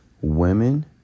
Women